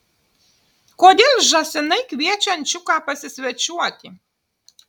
kodėl žąsinai kviečia ančiuką pasisvečiuoti